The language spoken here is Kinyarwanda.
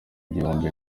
igihumbi